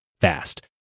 fast